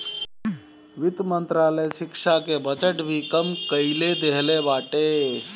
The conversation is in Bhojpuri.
वित्त मंत्रालय शिक्षा के बजट भी कम कई देहले बाटे